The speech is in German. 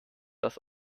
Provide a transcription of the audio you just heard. das